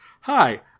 hi